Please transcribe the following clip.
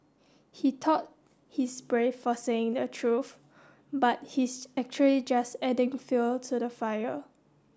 he thought he's brave for saying the truth but he's actually just adding fuel to the fire